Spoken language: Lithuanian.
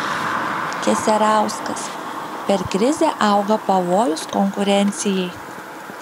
keserauskas per krizę auga pavojus konkurencijai